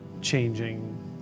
changing